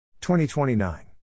2029